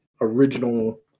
original